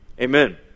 Amen